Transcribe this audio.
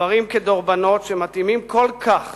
דברים כדרבונות, שמתאימים כל כך